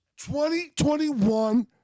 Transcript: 2021